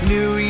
New